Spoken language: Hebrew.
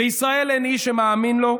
בישראל אין איש שמאמין לו,